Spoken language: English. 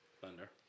Thunder